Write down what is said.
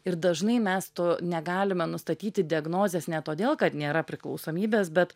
ir dažnai mes to negalime nustatyti diagnozės ne todėl kad nėra priklausomybės bet